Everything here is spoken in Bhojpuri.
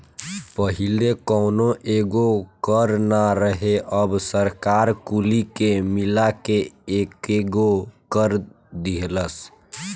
पहिले कौनो एगो कर ना रहे अब सरकार कुली के मिला के एकेगो कर दीहलस